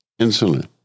insulin